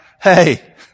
hey